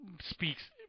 speaks